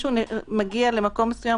שמישהו מגיע למקום מסוים,